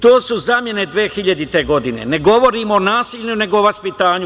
To su zamene 2000. godine, ne govorimo o nasilju nego o vaspitanju.